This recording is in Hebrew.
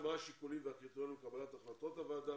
מה השיקולים והקריטריונים לקבלת החלטות הוועדה,